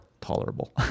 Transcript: tolerable